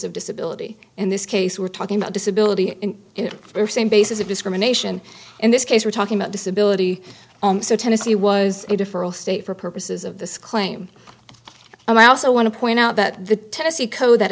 of disability in this case we're talking about disability or same basis of discrimination in this case we're talking about disability so tennessee was a different state for purposes of this claim and i also want to point out that the tennessee code that